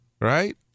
right